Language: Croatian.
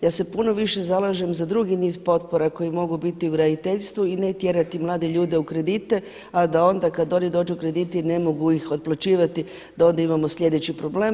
Ja se puno više zalažem za drugi niz potpora koji mogu biti u graditeljstvu i ne tjerati mlade ljude u kredite, a da onda kad oni dođu, krediti ne mogu ih otplaćivati da onda imamo sljedeći problem.